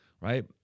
right